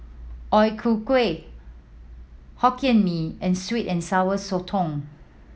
O Ku Kueh Hokkien Mee and sweet and Sour Sotong